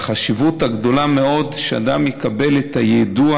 יש חשיבות גדולה מאוד לכך שאדם יקבל את היידוע